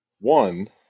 One